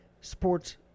sports